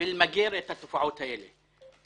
ולמגר את התופעות האלה.